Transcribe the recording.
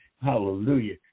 Hallelujah